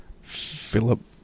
Philip